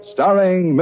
Starring